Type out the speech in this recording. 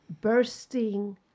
bursting